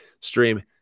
stream